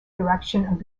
direction